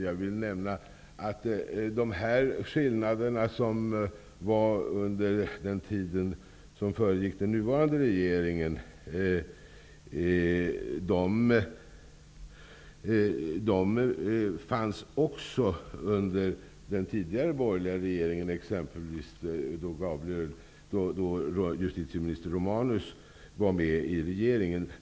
Jag vill nämna att de skillnader som fanns under den tid som föregick nuvarande regering också fanns under den tidigare borgerliga regeringen, exempelvis när justitieminister Romanus var med i regeringen.